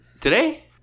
today